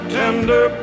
tender